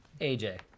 aj